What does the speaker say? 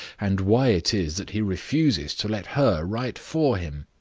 and why it is that he refuses to let her write for him?